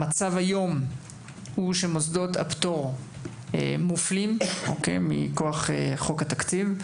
המצב היום הוא שמוסדות הפטור מופלים מכוח חוק התקציב.